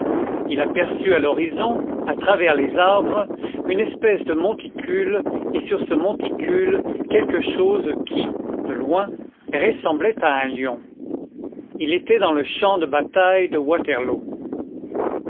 il aperçut à l'horizon à travers les arbres une espèce de monticule et sur ce monticule quelque chose qui de loin ressemblait à un lion il était dans le champ de bataille de waterloo